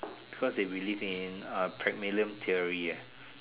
cause they believe in uh premium theory